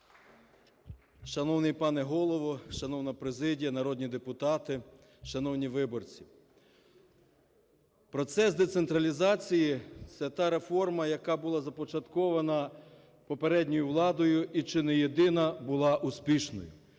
Шановний пане Голово, шановна президія, народні депутати, шановні виборці, процес децентралізації – це та реформа, яка була започаткована попередньою владою і чи не єдина була успішною.